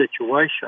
situation